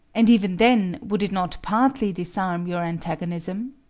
and even then, would it not partly disarm your antagonism?